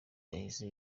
yahise